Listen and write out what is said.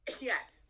Yes